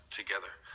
together